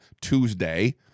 Tuesday